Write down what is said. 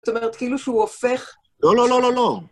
זאת אומרת, כאילו שהוא הופך... לא, לא, לא, לא, לא.